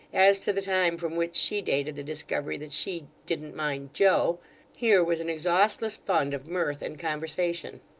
as to the time from which she dated the discovery that she didn't mind joe here was an exhaustless fund of mirth and conversation.